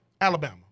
Alabama